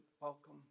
welcome